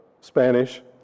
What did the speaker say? Spanish